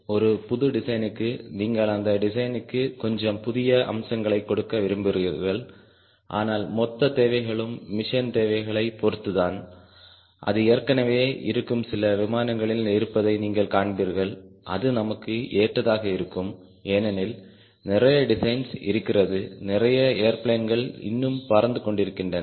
ஒரு புது டிசைனுக்கு நீங்கள் அந்த டிசைனுக்கு கொஞ்சம் புதிய அம்சங்களை கொடுக்க விரும்புகிறீர்கள் ஆனால் மொத்த தேவைகளும் மிஷன் தேவைகளைப் பொறுத்து தான் அது ஏற்கனவே இருக்கும் சில விமானங்களில் இருப்பதை நீங்கள் காண்பீர்கள் அது நமக்கு ஏற்றதாக இருக்கும் ஏனெனில் நிறைய டிசைன்ஸ் இருக்கிறது நிறைய ஏர்பிளேன்கள் இன்னும் பறந்து கொண்டிருக்கின்றன